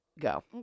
go